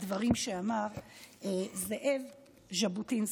בדברים שאמר זאב ז'בוטינסקי,